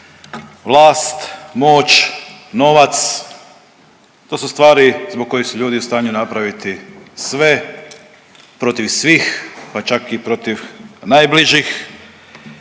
Vlast, moć, novac to su stvari zbog kojih su ljudi u stanju napraviti sve protiv svih pa čak i protiv najbližih.